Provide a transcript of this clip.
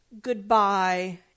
goodbye